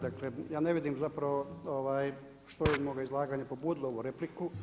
Dakle, ja ne vidim zapravo što je iz moga izlaganja pobudilo ovu repliku.